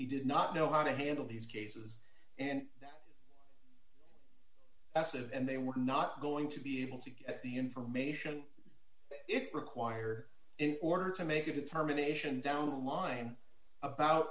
he did not know how to handle these cases and as of and they were not going to be able to get the information it require in order to make a determination down the line about